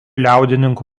liaudininkų